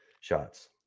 shots